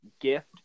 gift